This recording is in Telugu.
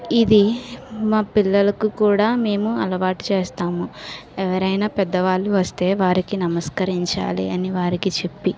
ఇది మా పిల్లలకు కూడా మేము అలవాటు చేస్తాము ఎవరైనా పెద్దవాళ్ళు వస్తే వారికి నమస్కరించాలి అని వారికి చెప్పి